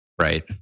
Right